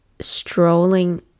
strolling